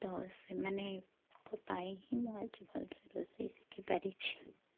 ତ ସେମାନେଙ୍କ ପାଇଁ ହିଁ ମୁଁ ଆଜି ଭଲ ସେ ରୋଷେଇ ଶିଖି ପାରିଛି